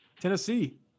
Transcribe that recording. Tennessee